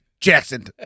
Jackson